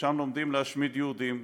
ושם לומדים להשמיד יהודים,